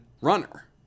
runner